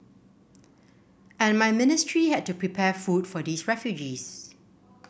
and my ministry had to prepare food for these refugees